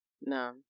no